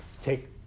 take